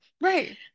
Right